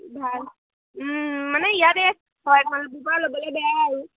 ভাল মানে ইয় দে হয় ভাল গোপা ল'বলে বেয়া আৰু